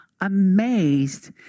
amazed